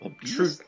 true